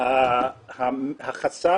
החסם